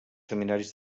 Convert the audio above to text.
seminaris